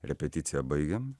repeticiją baigiam